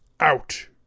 Out